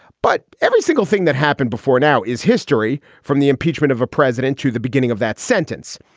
but every single thing that happened before now is history from the impeachment of a president to the beginning of that sentence.